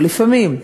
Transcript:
אבל לפעמים,